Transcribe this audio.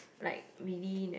like really ne~